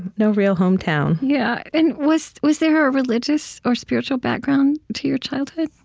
no real hometown yeah and was was there a religious or spiritual background to your childhood?